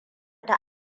ta